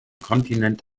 kontinent